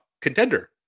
contender